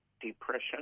depression